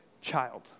child